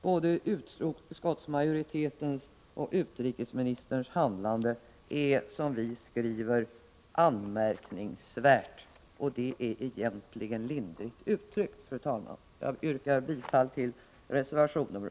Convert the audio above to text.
Både utskottsmajoritetens och utrikesministerns handlande är, som vi skriver, anmärkningsvärt. Och det är egentligen lindrigt uttryckt, fru talman. Jag yrkar bifall till reservation 6.